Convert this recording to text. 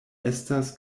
estas